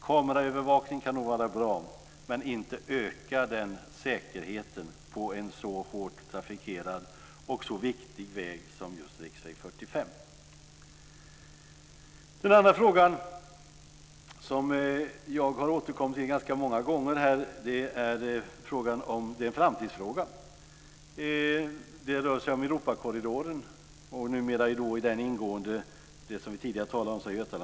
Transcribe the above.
Kameraövervakning kan nog vara bra, men inte ökar den säkerheten på en så hårt trafikerad och så viktig väg som just riksväg 45. Den andra frågan som jag har återkommit till ganska många gånger är en framtidsfråga. Det rör sig om Europakorridoren och den numera i den ingående Götalandsbanan, som vi tidigare talade om.